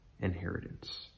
inheritance